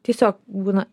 tiesiog būna